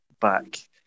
back